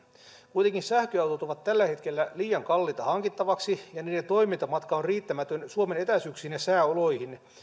kuitenkin sähköautot ovat tällä hetkellä liian kalliita hankittavaksi ja niiden toimintamatka on riittämätön suomen etäisyyksiin ja sääoloihin